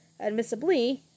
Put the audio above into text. Admissibly